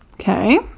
Okay